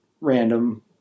random